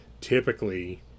typically